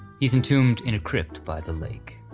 he's entombed in a crypt by the lake.